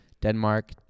Denmark